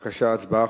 חברים, בבקשה, הצבעה.